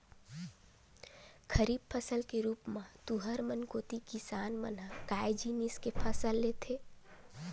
खरीफ फसल के रुप म तुँहर मन कोती किसान मन ह काय जिनिस के फसल लेथे?